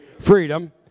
Freedom